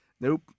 Nope